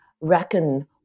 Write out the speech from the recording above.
reckon